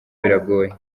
biragoye